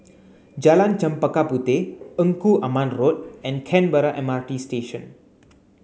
Jalan Chempaka Puteh Engku Aman Road and Canberra M R T Station